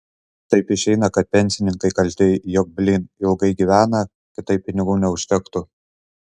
taip išeina kad pensininkai kalti jog blyn ilgai gyvena kitaip pinigų užtektų